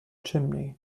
chimney